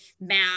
math